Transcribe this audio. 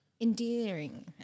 endearing